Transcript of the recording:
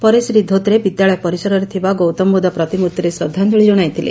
ପରେ ଶ୍ରୀ ଧୋତ୍ରେ ବିଦ୍ୟାଳୟ ପରିସରରେ ଥିବା ଗୌତମବୁଦ୍ଧ ପ୍ରତିମୂର୍ଭିରେ ଶ୍ରଦ୍ଧାଞ୍ଚଳି ଜଣାଇଥିଲେ